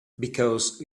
because